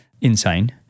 insane